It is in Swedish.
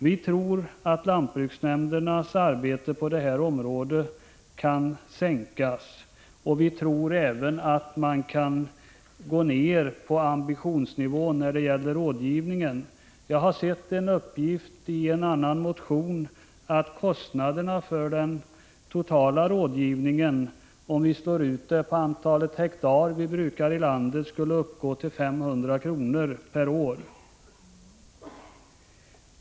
Vi tror att lantbruksnämndernas arbete på detta område kan reduceras, och vi tror även att man kan sänka ambitionsnivån när det gäller rådgivningen. I en motion har jag sett en uppgift om att kostnaderna för den totala rådgivningen, utslagna på det antal hektar som brukas i landet, skulle uppgå till 500 kr. per år.